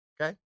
Okay